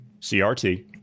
CRT